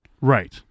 Right